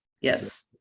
Yes